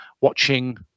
watching